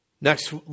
Next